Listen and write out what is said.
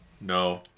no